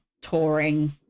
touring